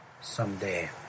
someday